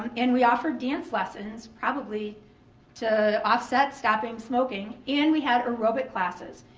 and we offered dance lessons, probably to offset stopping smoking, and we had aerobics classes.